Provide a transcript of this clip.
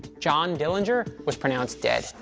john dillinger was pronounced dead.